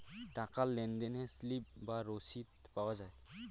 টাকার লেনদেনে স্লিপ বা রসিদ পাওয়া যায়